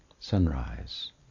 sunrise